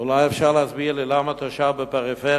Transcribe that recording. אולי אפשר להסביר לי למה תושב בפריפריה,